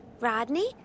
Rodney